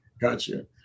Gotcha